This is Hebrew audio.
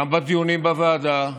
גם בדיונים בוועדה,